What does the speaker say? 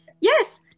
Yes